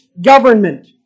government